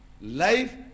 life